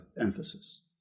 emphasis